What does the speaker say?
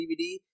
DVD